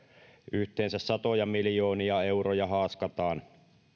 yhteensä satoja miljoonia euroja haaskataan